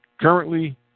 Currently